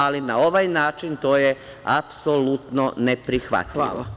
Ali, na ovaj način, to je apsolutno neprihvatljivo.